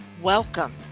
Welcome